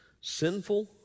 sinful